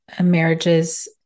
marriages